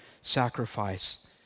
sacrifice